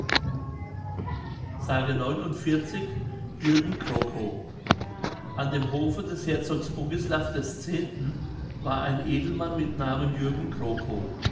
s jürgen krokow an dem hofe des herzogs bogislav x war ein edelmann mit namen jürgen krokow